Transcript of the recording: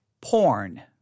porn